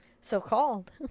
So-called